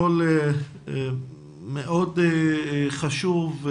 קול מאוד חשוב,